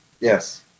yes